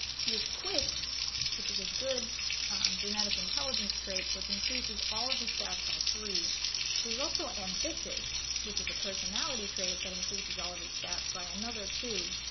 he is quick which is a good genetic intelligence trait which increases all of his stats by three he was also ambitious which is a personality trait that increases all of his stats by another two